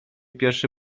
pierwszy